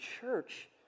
church